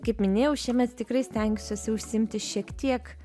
kaip minėjau šiemet tikrai stengsiuosi užsiimti šiek tiek